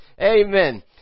Amen